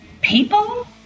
people